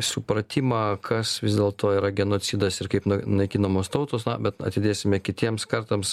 supratimą kas vis dėlto yra genocidas ir kaip naikinamos tautos bet atidėsime kitiems kartams